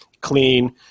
clean